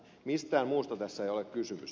mistään muusta tässä ei ole kysymys